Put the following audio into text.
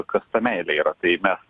kas ta meilė yra tai mes